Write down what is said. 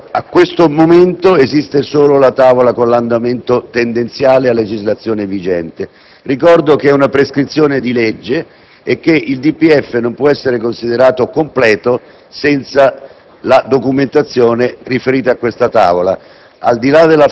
A questo momento esiste solo la tavola con l'andamento tendenziale a legislazione vigente. Ricordo che si tratta di una prescrizione di legge e che il DPEF non può essere considerato completo senza la documentazione riferita a questa tavola.